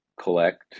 collect